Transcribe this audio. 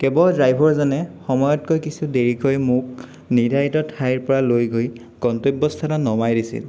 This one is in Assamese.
কেবৰ ড্ৰাইভৰজনে সময়তকৈ কিছু দেৰিকৈ মোক নিৰ্ধাৰিত ঠাইৰ পৰা লৈ গৈ গন্তব্য স্থানত নমাই দিছিল